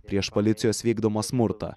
prieš policijos vykdomą smurtą